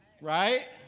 Right